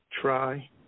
try